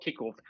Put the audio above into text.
kickoff